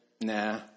nah